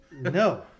No